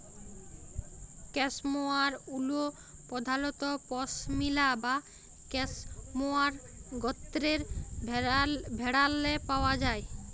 cashmere wool পধালত পশমিলা বা ক্যাসমোয়ার গত্রের ভেড়াল্লে পাউয়া যায়